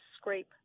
scrape